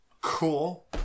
Cool